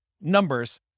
numbers